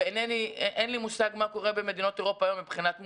ואין לי מושג מה קורה במדינות אירופה היום מבחינת מוזיאונים,